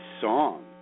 song